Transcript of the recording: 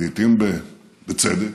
לעיתים בצדק,